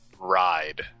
ride